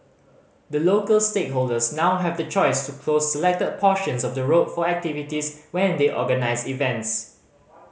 the local stakeholders now have the choice to close selected portions of the road for activities when they organise events